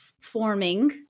forming